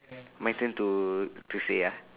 my turn to to say ah